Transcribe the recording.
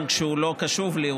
גם כשהוא לא קשוב לי.